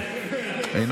אינו